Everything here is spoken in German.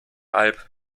alb